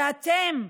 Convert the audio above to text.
ואתם?